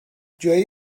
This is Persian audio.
جوئی